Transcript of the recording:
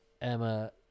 Emma